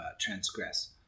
transgress